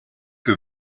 que